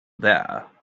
there